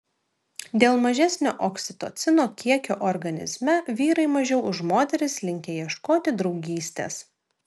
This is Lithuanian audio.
dėl mažesnio oksitocino kiekio organizme vyrai mažiau už moteris linkę ieškoti draugystės